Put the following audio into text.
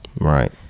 Right